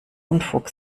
unfug